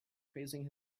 praising